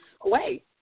away